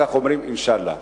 על כך אומרים "אינשאללה".